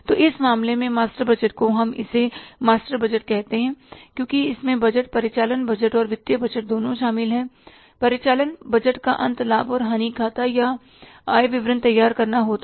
तो इस मामले में मास्टर बजट को हम इसे मास्टर बजट कहते हैं क्योंकि इसमें बजट परिचालन बजट और वित्तीय बजट दोनों शामिल हैं परिचालन बजट का अंत लाभ और हानि खाते या आय विवरण तैयार करके होता है